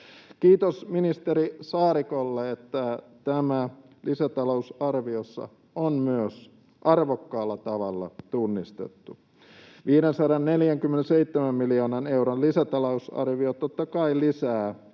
Kiitos ministeri Saarikolle, että tämä on lisätalousarviossa arvokkaalla tavalla tunnistettu. 547 miljoonan euron lisätalousarvio totta kai lisää